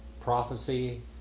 prophecy